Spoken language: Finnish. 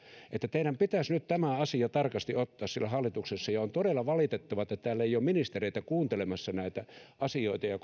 teidän pitäisi nyt tämä asia tarkasti ottaa siellä hallituksessa ja on todella valitettavaa että täällä ei ole ministereitä kuuntelemassa näitä asioita ja